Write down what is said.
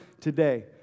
today